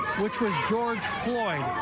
which was george floyd.